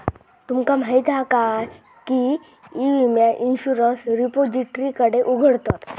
तुमका माहीत हा काय की ई विम्याक इंश्युरंस रिपोजिटरीकडे उघडतत